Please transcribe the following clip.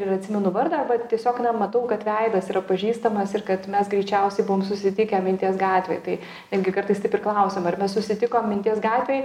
ir atsimenu vardą arba tiesiog matau kad veidas yra pažįstamas ir kad mes greičiausiai buvom susitikę minties gatvėj tai netgi kartais taip ir klausiam ar mes susitikom minties gatvėj